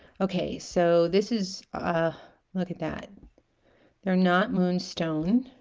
okay so this is ah look at that they're not moonstone